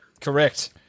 Correct